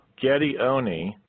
Gedioni